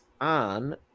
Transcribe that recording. on